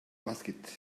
basket